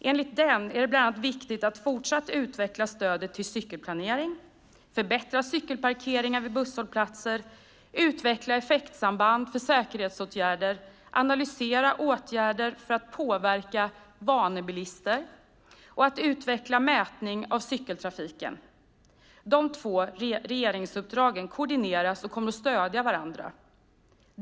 Enligt denna är det bland annat viktigt att fortsatt utveckla stödet till cykelplanering, förbättra cykelparkeringar vid busshållplatser, utveckla effektsamband för säkerhetsåtgärder, analysera åtgärder för att påverka vanebilister och utveckla mätning av cykeltrafiken. De två regeringsuppdragen koordineras och kommer att stödja varandra.